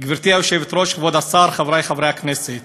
גברתי היושבת-ראש, כבוד השר, חברי חברי הכנסת,